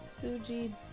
Fuji